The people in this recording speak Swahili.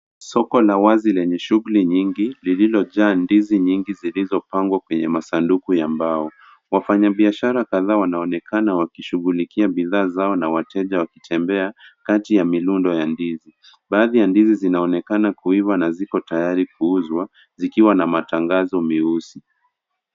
Soko la wazi lenye shugli nyingi, lililojaa ndizi nyingi zilizopangwa kwenye masanduku ya mbao. Wafanya biashara kadhaa wanaonekana wakishughulikia bidhaa zao na wateja wakitembea kati ya milundo za ndizi. Baadhi ya ndizi zinaonekana kuiva na ziko tayari kuuzwa, zikiwa na matangazo meusi.